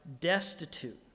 destitute